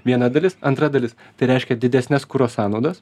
viena dalis antra dalis tai reiškia didesnes kuro sąnaudas